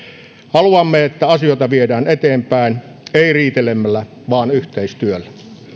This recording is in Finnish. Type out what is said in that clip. haluamme että asioita viedään eteenpäin ei riitelemällä vaan yhteistyöllä